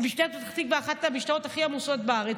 משטרת פתח תקווה היא אחת המשטרות הכי עמוסות בארץ.